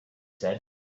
said